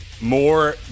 more